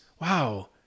wow